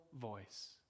voice